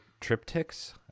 triptychs